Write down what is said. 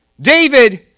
David